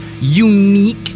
unique